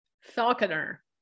Falconer